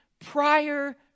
prior